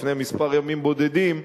לפני כמה ימים בודדים,